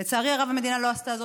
לצערי הרב, המדינה לא עשתה זאת.